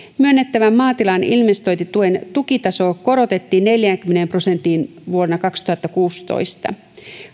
myönnettävän maatilan investointituen tukitaso korotettiin neljäänkymmeneen prosenttiin vuonna kaksituhattakuusitoista